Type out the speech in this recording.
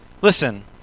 listen